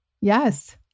Yes